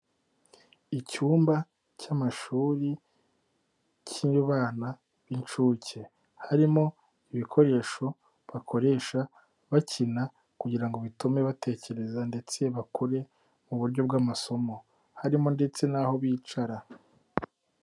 Icyumba cy'amashuri cy'abana b'inshuke. Harimo ibikoresho bakoresha bakina kugira ngo bitume batekereza ndetse bakure mu buryo bw'amasomo. Harimo ndetse n'aho bicara.